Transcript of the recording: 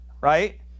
Right